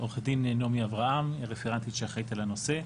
עו"ד נעמי אברהם, היא רפרנטית שאחראית על הנושא.